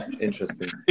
interesting